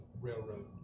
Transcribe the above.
railroad